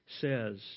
says